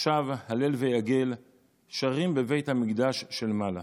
עכשיו הלל ויגל שרים בבית המקדש של מעלה.